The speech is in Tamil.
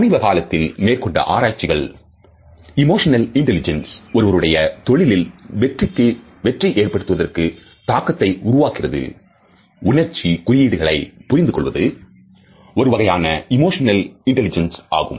சமீப காலத்தில் மேற்கொண்ட ஆராய்ச்சிகள் ஏமோஷனல் இன்டெலிஜென்ஸ் ஒருவருடைய தொழிலில் வெற்றி ஏற்படுவதற்கு தாக்கத்தை உருவாக்குகிறது உணர்ச்சி குறியீடுகளை புரிந்து கொள்வது ஒருவகையான ஏமோஷனல் இன்டல்லைஜன்ஸ் ஆகும்